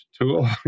tool